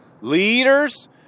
leaders